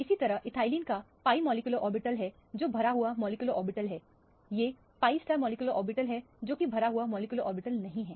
इसी तरह यह एथिलीन का pi मॉलिक्यूलर ऑर्बिटल्स है जो भरा हुए मॉलिक्यूलर ऑर्बिटल्स हैं ये pi मॉलिक्यूलर ऑर्बिटल हैं जो कि भरा हुआ मॉलिक्यूलर ऑर्बिटल नहीं हैं